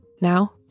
Now